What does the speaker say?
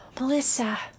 Melissa